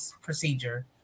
procedure